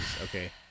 Okay